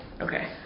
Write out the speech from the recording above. okay